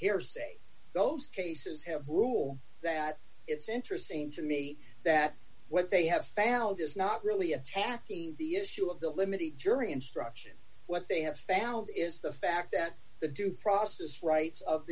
hearsay those cases have the rule that it's interesting to me that what they have found is not really attacking the issue of the limited jury instruction what they have found is the fact that the due process rights of